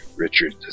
Richard